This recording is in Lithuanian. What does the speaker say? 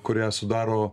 kurią sudaro